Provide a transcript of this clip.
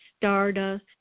stardust